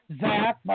Zach